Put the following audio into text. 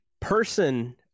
person